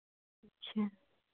अच्छा